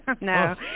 No